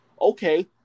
Okay